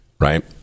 Right